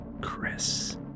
Chris